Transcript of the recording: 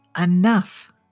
enough